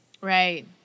Right